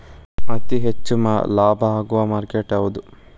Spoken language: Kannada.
ಅತಿ ಹೆಚ್ಚು ಲಾಭ ಆಗುವ ಮಾರ್ಕೆಟ್ ಯಾವುದು?